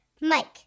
Mike